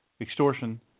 Extortion